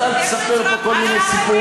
אז אל תספר פה כל מיני סיפורים.